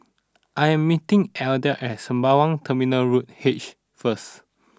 I am meeting Edla at Sembawang Terminal Road H first